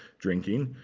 drinking.